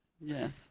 Yes